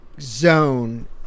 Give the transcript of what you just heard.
zone